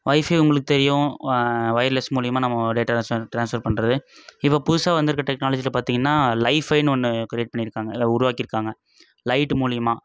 wifi உங்களுக்கு தெரியும் wireless மூலிமா நம்ம டேட்டாஸை ட்ரான்ஸ்ஃபர் பண்றது இப்போ புதுசாக வந்துருக்கற டெக்னாலஜியில் பார்த்திங்கன்னா லைஃபைனு ஒன்று கிரியேட் பண்ணியிருக்காங்க அதை உருவாக்கிருக்காங்க லைட்டு மூலிமா